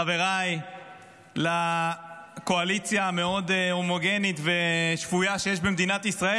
חבריי לקואליציה המאוד-הומוגנית ושפויה שיש במדינת ישראל,